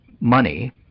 Money